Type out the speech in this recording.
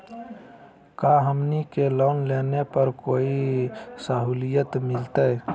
का हमनी के लोन लेने पर कोई साहुलियत मिलतइ?